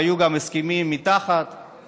והיו גם הסכמים מתחת,